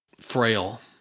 frail